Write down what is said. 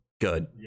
good